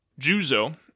Juzo